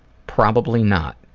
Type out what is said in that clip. probably not.